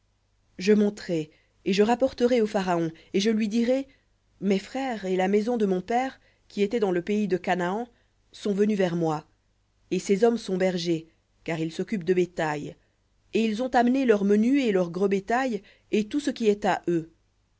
je monterai et je rapporterai au pharaon et je lui dirai mes frères et la maison de mon père qui étaient dans le pays de canaan sont venus vers moi et ces hommes sont bergers car ils s'occupent de bétail et ils ont amené leur menu et leur gros bétail et tout ce qui est à eux